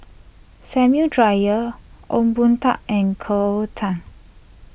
Samuel Dyer Ong Boon Tat and Cleo Thang